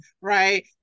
right